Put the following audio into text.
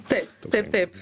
taip taip taip